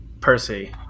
Percy